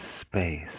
space